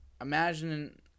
imagine